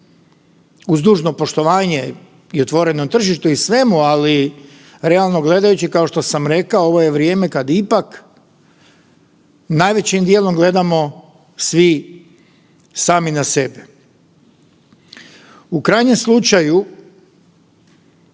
uz dužno poštovanje i otvorenom tržištu i svemu, ali realno gledajući kao što sam rekao ovo je vrijeme kad ipak najvećim dijelom gledamo svi sami na sebe. U krajnjem slučaju